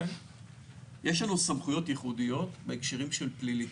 יש לנו סמכויות ייחודיות בהקשרים של פלילים.